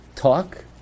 talk